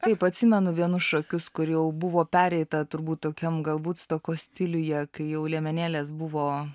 taip atsimenu vienus šokius kur jau buvo pereita turbūt tokiam galbūt stokos stiliuje kai jau liemenėlės buvo